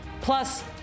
Plus